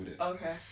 okay